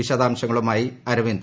വിശദാംശങ്ങളുമായി അരവിന്ദ്